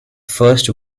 first